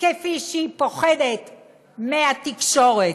כפי שהיא פוחדת מהתקשורת.